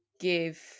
give